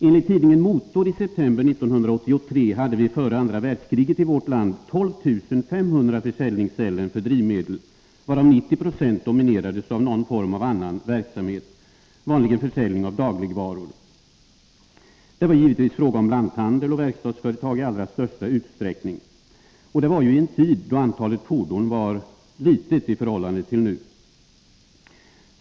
Enligt tidningen Motor i september 1983 hade vi före andra världskriget i - vårt land 12 500 försäljningsställen för drivmedel, varav 90 70 dominerades av någon form av annan verksamhet — vanligen försäljning av dagligvaror. Det var givetvis fråga om lanthandel och verkstadsföretag i allra största utsträckning. Det var i en tid då antalet fordon var litet i förhållande till i dag.